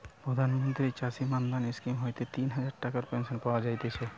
প্রধান মন্ত্রী চাষী মান্ধান স্কিম হইতে তিন হাজার টাকার পেনশন পাওয়া যায়তিছে